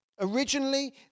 Originally